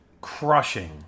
crushing